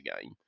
game